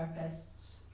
therapists